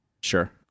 Sure